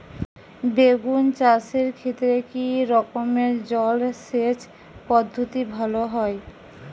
বেগুন চাষের ক্ষেত্রে কি রকমের জলসেচ পদ্ধতি ভালো হয়?